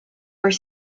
were